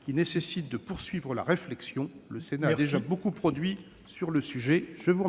qui nécessite de poursuivre la réflexion. Le Sénat a déjà beaucoup produit sur le sujet. Monsieur